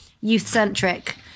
youth-centric